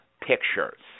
pictures